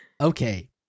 Okay